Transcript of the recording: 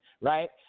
right